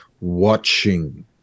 watching